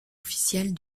officielle